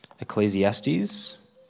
Ecclesiastes